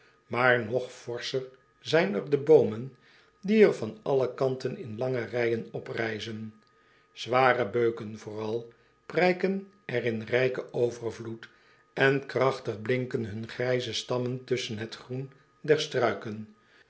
maar nog forscher zijn er de boomen die er van alle kanten in lange rijen oprijzen zware beuken vooral prijken er in rijken overvloed en krachtig blinken hun grijze stammen tusschen het groen der struiken